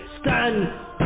Stand